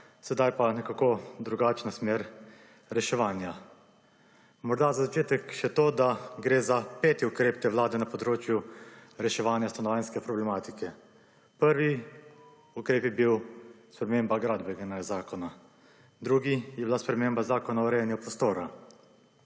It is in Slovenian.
sedaj pa nekako drugačna smer reševanja. Morda za začetek še to, da gre za 5. ukrep te vlade na področju reševanja stanovanjske problematike. Prvi ukrep je bil sprememba Gradbenega zakona, drugi je bila sprememba Zakona o urejanju prostora,